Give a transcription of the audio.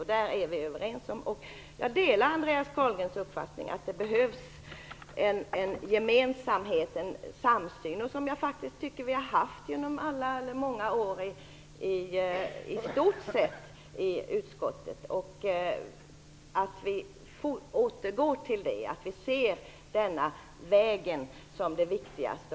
Jag delar Andreas Carlgrens uppfattning att det behövs en samsyn. Jag tycker att vi i många år i stort sett har haft en samsyn i utskottet, och vi skall nu återgå till det och se denna väg som det viktigaste.